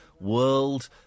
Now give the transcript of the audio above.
world